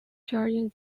during